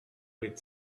with